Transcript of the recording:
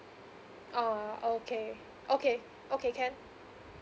ah okay okay okay can